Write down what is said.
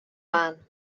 mân